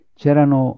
c'erano